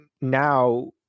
now